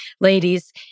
ladies